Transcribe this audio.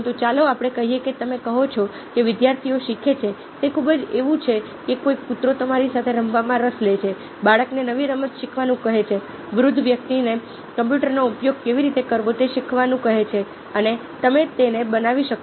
પરંતુ ચાલો આપણે કહીએ કે તમે કહો છો કે વિદ્યાર્થીઓ શીખે છે તે ખૂબ જ એવું છે કે કોઈ કૂતરો તમારી સાથે રમવામાં રસ લે છે બાળકને નવી રમત શીખવાનું કહે છે વૃદ્ધ વ્યક્તિને કમ્પ્યુટરનો ઉપયોગ કેવી રીતે કરવો તે શીખવાનું કહે છે અને તમે તેને બનાવી શકો છો